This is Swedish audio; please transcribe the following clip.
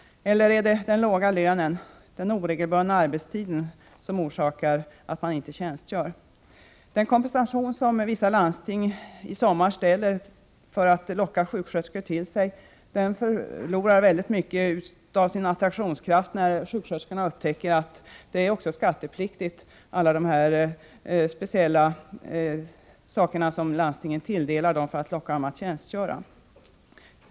Eller är det den låga lönen, den oregelbundna arbetstiden som utgör orsaken till att man inte tjänstgör? Den kompensation som vissa landsting i sommar ställer i utsikt för att locka sjuksköterskor till sig förlorar väldigt mycket av sin attraktionskraft, när sjuksköterskorna upptäcker att allt detta som landstingen skulle tilldela dem för att locka dem att tjänstgöra också är skattepliktigt.